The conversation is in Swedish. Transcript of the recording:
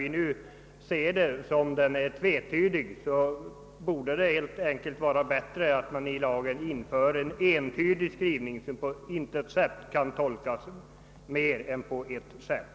Vi anser det därför bättre att i lagen få en entydig skrivning som bara kan tolkas på ett sätt.